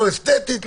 לא אסתטית,